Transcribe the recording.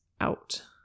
out